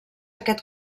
aquest